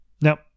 Now